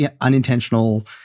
unintentional